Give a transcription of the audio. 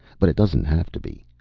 but it doesn't have to be.